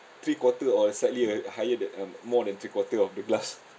three quarter or slightly uh higher than um more than three quarter of the glass